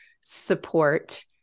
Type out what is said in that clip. support